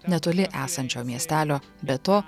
netoli esančio miestelio be to